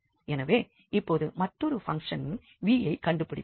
எனவே இப்பொழுது மற்றொரு பங்க்ஷன் v யை கண்டுபிடிப்போம்